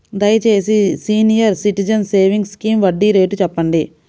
దయచేసి senior citizens savings scheme వడ్డీ rate చెప్పండి